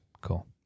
Cool